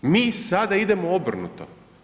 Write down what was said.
Mi sada idemo obrnuto.